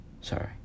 Sorry